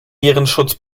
virenschutz